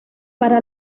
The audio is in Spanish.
para